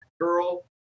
girl